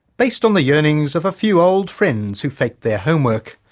based on the yearnings of a few old friends who faked their homework.